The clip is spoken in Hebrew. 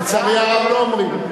לצערי הרב, לא אומרים.